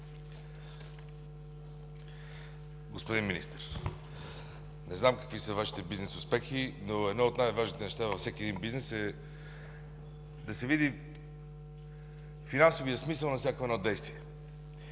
Господин Министър, не знам какви са Вашите бизнес успехи, но едно от най-важните неща във всеки един бизнес е да се види финансовият смисъл на всяко едно действие.